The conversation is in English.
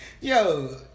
yo